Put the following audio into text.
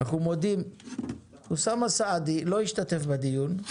אנחנו מודים למנכ"ל מפעל הפיס